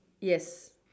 yes